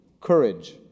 courage